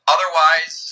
Otherwise